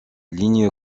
ligne